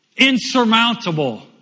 insurmountable